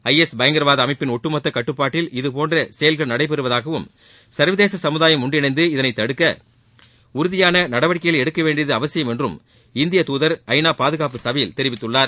ஐ S பயங்கரவாத அமைப்பின் ஒட்டுமொத்த கட்டுப்பாட்டில் இதபோன்ற செயல்கள் நடைபெறுவதாகவும் சர்வதேச சமுதாயம் சுஞன்றிணைந்து இதனை ஒடுக்க உறுதியான நடவடிக்கைகளை எடுக்கவேண்டியது அவசியம் என்றும் இந்திய துதர் ஐநா பாதுகாப்பு சபையில் தெரிவித்துள்ளார்